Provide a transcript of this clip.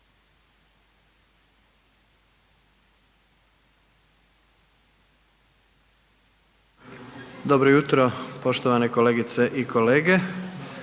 Dobro jutro poštovane kolegice i kolege,